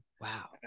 wow